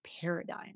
paradigm